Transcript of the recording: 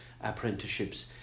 apprenticeships